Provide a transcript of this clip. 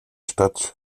stadt